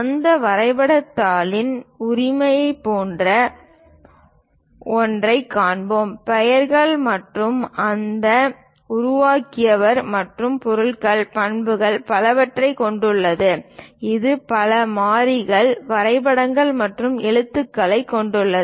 அந்த வரைபடத் தாளின் உரிமை போன்ற ஒன்றைக் காண்போம் பெயர்கள் மற்றும் அதை உருவாக்கியவர் மற்றும் பொருள்கள் பண்புகள் மற்றும் பலவற்றைக் கொண்டுள்ளது இது பல மாறிகள் வரைபடங்கள் மற்றும் எழுத்துக்களைக் கொண்டுள்ளது